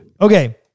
Okay